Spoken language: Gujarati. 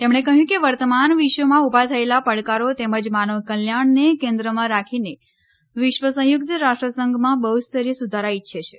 તેમણે કહ્યું કે વર્તમાન વિશ્વમાં ઊભા થયેલા પડકારો તેમજ માનવ કલ્યાણને કેન્દ્રમાં રાખીને વિશ્વ સંયુક્ત રાષ્ટ્ર સંઘમાં બહ્સ્તરીય સુધારા ઇચ્છે છે